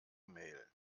mail